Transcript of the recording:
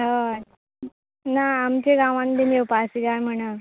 होय ना आमचे गांवान बीन येवपा आसा गाय म्हण